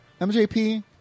MJP